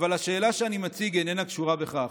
"אבל השאלה שאני מציג איננה קשורה בכך.